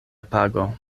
pago